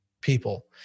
people